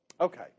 Okay